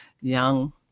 young